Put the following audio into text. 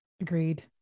agreed